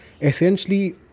essentially